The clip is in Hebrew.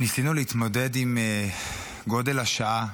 ניסינו להתמודד עם גודל השעה,